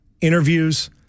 interviews